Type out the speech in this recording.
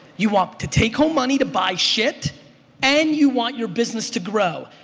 you want to take home money to buy shit and you want your business to grow.